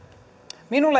minulle